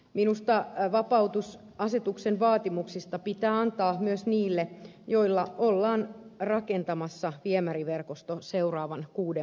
minusta vapautus asetuksen vaatimuksista pitää antaa myös niille joille ollaan rakentamassa viemäriverkosto seuraavien kuuden vuoden aikana